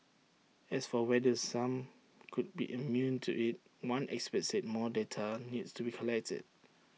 as for whether some could be immune to IT one expert said more data needs to be collated